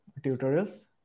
tutorials